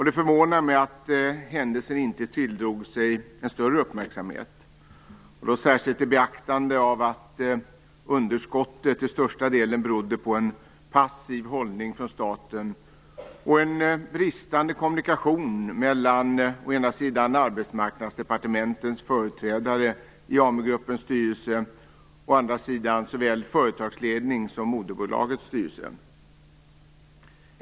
Det förvånar mig att händelsen inte tilldrog sig större uppmärksamhet, särskilt i beaktande av att underskottet till största delen berodde på en passiv hållning från statens sida och en bristande kommunikation mellan å ena sidan Arbetsmarknadsdepartementets företrädare i AmuGruppens styrelse och å andra sidan såväl företagsledningen som moderbolagets styrelse.